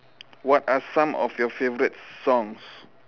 what are some of your favorite songs